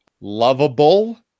lovable